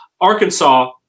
Arkansas